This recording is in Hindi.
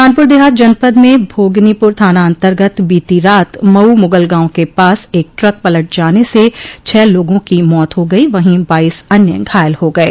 कानपुर देहात जनपद में भोगनीपुर थाना अन्तर्गत बीती रात मऊ मुगल गांव के पास एक ट्रक पलट जाने से छह लोगों की मौत हो गई वहीं बाईस अन्य घायल हो गये